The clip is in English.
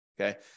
Okay